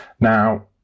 Now